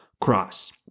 cross